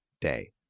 Day